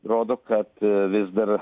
rodo kad vis dar